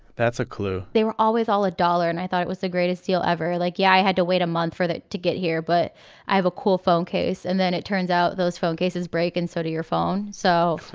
that's a clue they were always all a dollar. and i thought it was the greatest deal ever. like, yeah, i had to wait a month for that to get here, but i have a cool phone case. and then it turns out those phone cases break, and so do your phone so